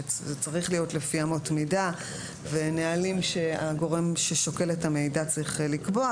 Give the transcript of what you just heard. שזה צריך להיות לפי אמות מידה ונהלים שהגורם ששוקל את המידע צריך לקבוע,